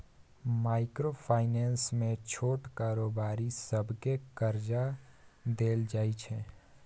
micro finance मे छोट कारोबारी सबकेँ करजा देल जाइ छै